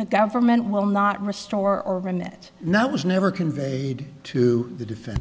the government will not restore it now was never conveyed to the defen